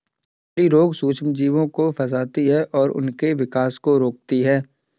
मछली रोग सूक्ष्मजीवों को फंसाती है और उनके विकास को रोकती है